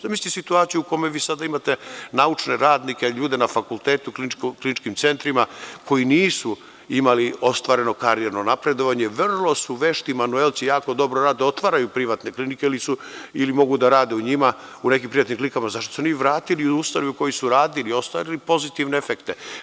Zamislite situaciju u kome vi sada imate naučne radnike, ljude na fakultetu, kliničkim centrima, koji nisu imali ostvareno karijerno napredovanje, vrlo su vešti manuelci, jako dobro rade, otvaraju privatne klinike ili mogu da rade u njima, zašto su se oni vratili u ustanove u kojima su radili i ostvarili pozitivne efekte?